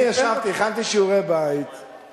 אני ישבתי, הכנתי שיעורי-בית,